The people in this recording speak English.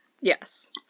Yes